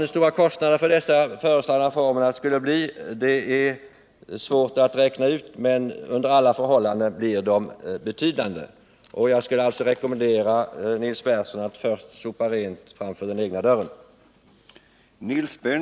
Hur stora kostnaderna för dessa föreslagna reformer skulle bli är svårt att beräkna, men under alla förhållanden blir de betydande. Jag skulle alltså vilja rekommendera Nils Berndtson att först sopa rent framför den egna dörren.